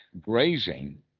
grazing